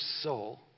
soul